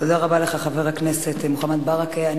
תודה רבה לך, חבר הכנסת מוחמד ברכה.